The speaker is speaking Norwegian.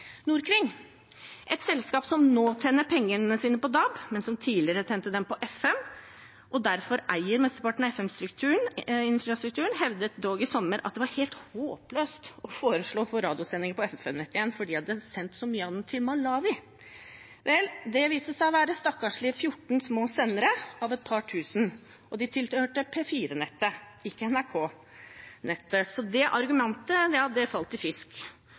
et selskap som nå tjener pengene sine på DAB, men som tidligere tjente dem på FM og derfor eier mesteparten av FM-infrastrukturen, hevdet dog i sommer at det var helt håpløst å foreslå å få radiosendingene på FM-nettet igjen fordi de hadde sendt så mye av den til Malawi. Vel, det viste seg å være stakkarslige 14 små sendere av et par tusen, og de tilhørte P4-nettet, ikke NRK-nettet. Så det argumentet falt i fisk.